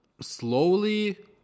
slowly